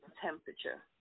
temperature